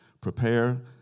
prepare